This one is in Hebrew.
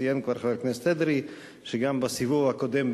ציין כבר חבר הכנסת אדרי שגם בסיבוב הקודם,